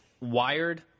wired